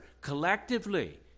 collectively